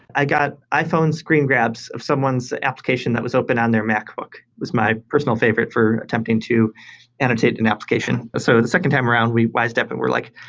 i got iphone screen grabs of someone's application that was open on their macbook. it was my personal favorite for attempting to annotate an application. so the second time around, we wised up and we're like,